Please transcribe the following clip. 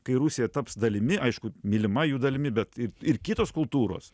kai rusija taps dalimi aišku mylima jų dalimi bet ir kitos kultūros